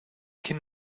quién